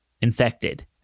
infected